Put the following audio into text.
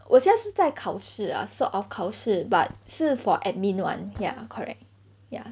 我现在是在考试 lah sort of 考试 but 是 for admin [one] ya correct ya